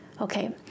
okay